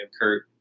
Kurt